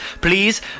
please